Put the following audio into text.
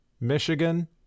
Michigan